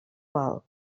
mal